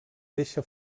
deixa